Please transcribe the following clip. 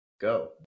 Go